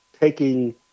taking